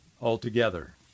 altogether